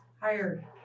hired